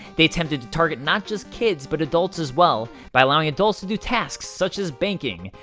they attempted to target not just kids, but adults as well, by allowing adults to do tasks such as banking,